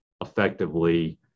effectively